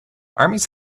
armies